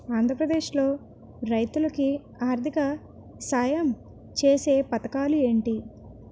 ఆంధ్రప్రదేశ్ లో రైతులు కి ఆర్థిక సాయం ఛేసే పథకాలు ఏంటి?